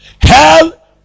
Hell